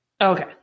Okay